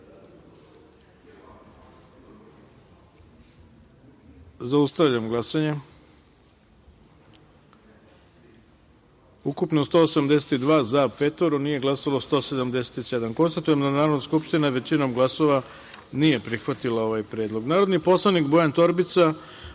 predlog. Zaustavljam glasanje: od ukupno 182, za – petoro, nije glasalo 177 poslanika. Konstatujem da Narodna skupština većinom glasova nije prihvatila ovaj predlog. Narodni poslanik Bojan Torbica